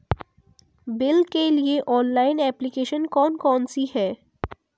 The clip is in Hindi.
बिल के लिए ऑनलाइन एप्लीकेशन कौन कौन सी हैं?